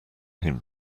him